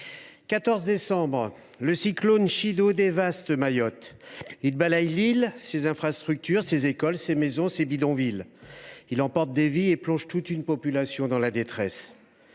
14 décembre, le cyclone Chido dévaste Mayotte ; il balaie l’île, ses infrastructures, ses écoles, ses maisons, ses bidonvilles ; il emporte des vies et plonge toute une population dans la détresse.